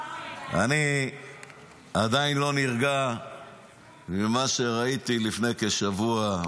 אני עדיין לא נרגע ממה שראיתי לפני כשבוע,